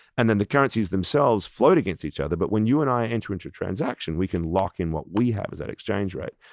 and then the currencies themselves float against each other, but when you and i enter into a transaction we can lock in what we have as that exchange rate.